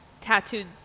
tattooed